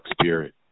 spirit